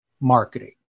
marketing